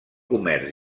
comerç